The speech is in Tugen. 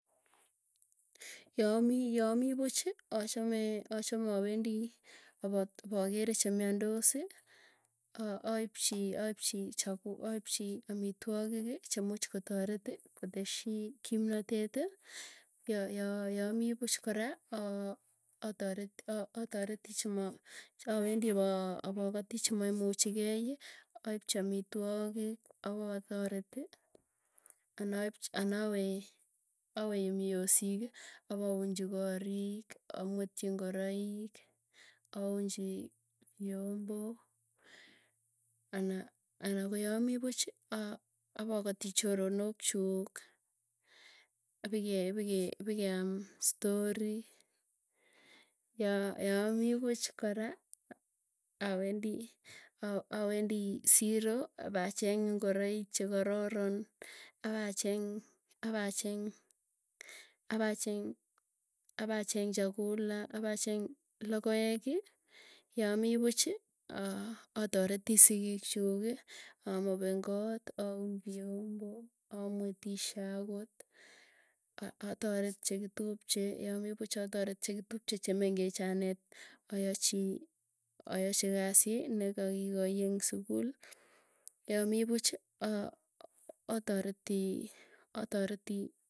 Yamii yamii puuchi, achame achame awendi, apokere chemwandosi, a aipchi aipchi chakula, amitwogiiki chemuch kotareti. Koteshi kimnateti, ya ya yamii puuch kora aa a ataret atareti chemo, awendi ipoo apoo koti chimaimuchigei, aipchi amitwogi, apotoreti anaipchi anaawee awee yemii yosiiki, apounchi korik, amwetchi ingoroik aunchi viombo. Ana ana koyamii puuchi a apokoti choronok chuuk, pikee pikee pikeam story, ya yaami puuch kora awendi, awendi siro ipacheng ingoroik chekaroron apacheng, apacheng chakula apacheng lokoeki. Yaami puuchi aa atareti sigiik, chuuki amopen koot aun viombo, amwetishek akot ataret chekitupche yamii puch ataret chekitupche, chemengech anet ayochii ayochii kasii nekakikoi eng sukul. Yamii puuch aah atareti atareti.